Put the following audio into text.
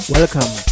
Welcome